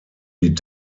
die